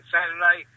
Saturday